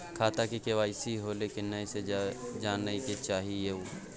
खाता में के.वाई.सी होलै की नय से जानय के चाहेछि यो?